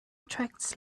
attracts